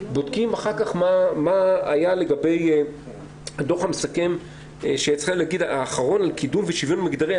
בודקים אחר כך מה היה לגבי הדו"ח המסכם האחרון על קידום ושוויון מגדרי,